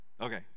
Okay